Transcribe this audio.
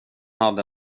hade